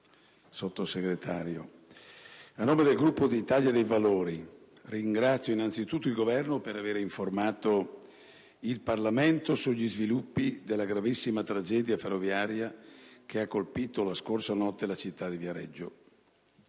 Sottosegretario, a nome del Gruppo dell'Italia dei Valori ringrazio innanzitutto il Governo per aver informato il Parlamento sugli sviluppi della gravissima tragedia ferroviaria che ha colpito la notte scorsa la città di Viareggio.